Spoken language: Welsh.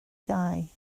ddau